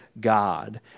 God